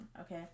okay